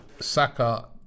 Saka